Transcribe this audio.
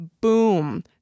boom